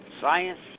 Science